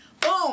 Boom